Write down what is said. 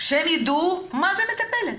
שידעו מה זאת מטפלת